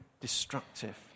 destructive